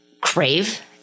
crave